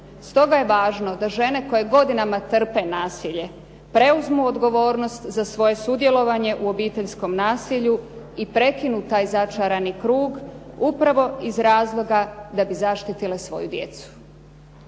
Stoga je važno da žene koje godinama trpe nasilje preuzmu odgovornost za svoje sudjelovanje u obiteljskom nasilju i prekinu taj začarani krug upravo iz razloga da bi zaštitile svoju djecu.